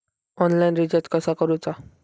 Online recharge कसा करूचा?